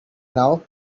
now